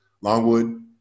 Longwood